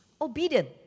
obedient